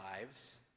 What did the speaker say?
lives